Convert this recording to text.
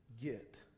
get